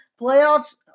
Playoffs